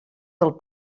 del